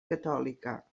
catòlica